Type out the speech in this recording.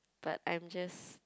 but I'm just